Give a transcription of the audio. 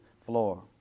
floor